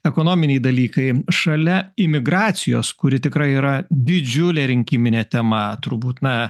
ekonominiai dalykai šalia imigracijos kuri tikrai yra didžiulė rinkiminė tema turbūt na